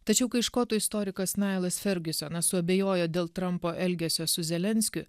tačiau kai škotų istorikas nailas fergiusonas suabejojo dėl trampo elgesio su zelenskiu